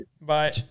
Bye